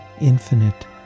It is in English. infinite